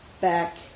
back